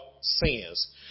sins